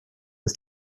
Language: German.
ist